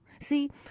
See